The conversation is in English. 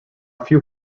few